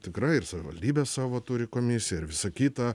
tikrai ir savivaldybės savo turi komisiją ir visa kita